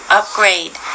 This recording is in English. upgrade